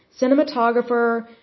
Cinematographer